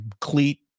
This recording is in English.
cleat